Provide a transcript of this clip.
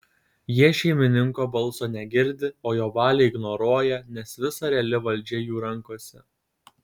jie šeimininko balso negirdi o jo valią ignoruoja nes visa reali valdžia jų rankose